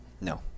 no